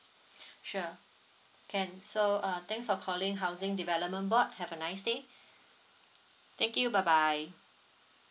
sure can so uh thanks for calling housing development board have a nice day thank you bye bye